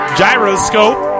gyroscope